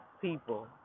people